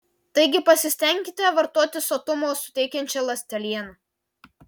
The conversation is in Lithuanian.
taigi pasistenkite vartoti sotumo suteikiančią ląstelieną